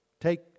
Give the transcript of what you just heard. Take